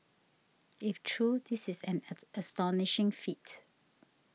if true this is an at astonishing feat